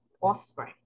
offspring